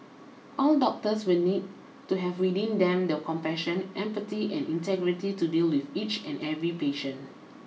all doctors will need to have within them the compassion empathy and integrity to deal with each and every patient